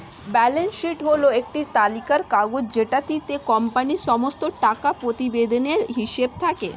balance sheet হল একটি তালিকার কাগজ যেটিতে কোম্পানির সমস্ত টাকা প্রতিবেদনের হিসেব থাকে